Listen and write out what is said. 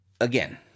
again